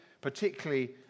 particularly